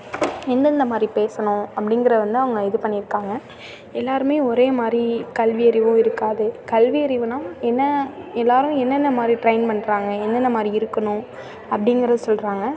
எந்தெந்த மாதிரி பேசணும் அப்படிங்கிறத வந்து அவங்க இது பண்ணியிருக்காங்க எல்லோருமே ஒரேமாதிரி கல்வி அறிவும் இருக்காது கல்வி அறிவுன்னா என்ன எல்லோரும் என்னென்ன மாதிரி ட்ரைன் பண்ணுறாங்க எந்தெந்த மாதிரி இருக்கணும் அப்படிங்கிறத சொல்கிறாங்க